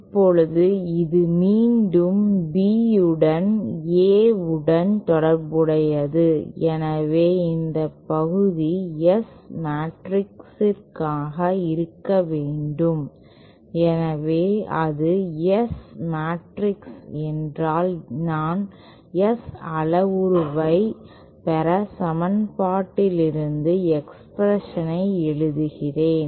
இப்போது இது மீண்டும் B உடன் A உடன் தொடர்புடையது எனவே இந்த பகுதி S மேட்ரிக்ஸாக இருக்க வேண்டும் எனவே அது S மேட்ரிக்ஸ் என்றால் நான் S அளவுருவைப் பெற்ற சமன்பாட்டிலிருந்து எக்ஸ்பிரஷனை எழுதுகிறேன்